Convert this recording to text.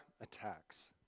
attacks